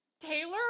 Taylor